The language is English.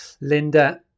Linda